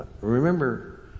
remember